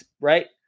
right